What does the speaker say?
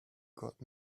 got